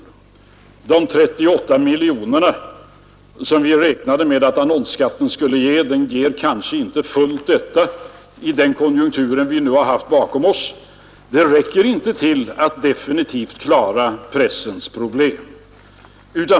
Annonsskatten ger kanske inte, i den konjunktur som vi nu har bakom oss, fullt ut de 38 miljoner kronor som vi räknade med att den skulle ge. Intäkterna från annonsskatten räcker inte för att definitivt klara pressens problem.